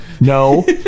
no